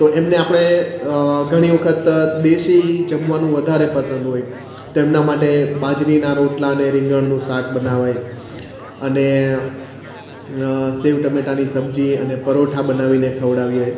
તો એમને આપણે ઘણી વખત દેશી જમવાનું વધારે પસંદ હોય તેમના માટે બાજરીના રોટલા ને રીંગણનું શાક બનાવાય અને સેવ ટમેટાની સબ્જી અને પરોઠા બનાવીને ખવડાવીએ